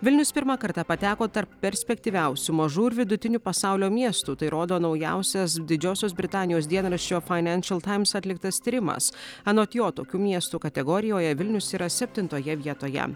vilnius pirmą kartą pateko tarp perspektyviausių mažų ir vidutinių pasaulio miestų tai rodo naujausias didžiosios britanijos dienraščio fainenšal taims atliktas tyrimas anot jo tokių miestų kategorijoje vilnius yra septintoje vietoje